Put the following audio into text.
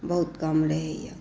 बहुत कम रहैया